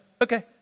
Okay